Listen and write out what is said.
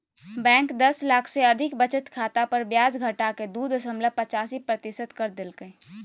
bank दस लाख से अधिक बचत खाता पर ब्याज घटाके दू दशमलब पचासी प्रतिशत कर देल कय